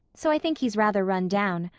so i think he's rather run down.